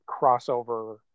crossover